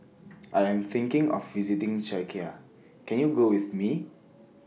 I Am thinking of visiting Czechia Can YOU Go with Me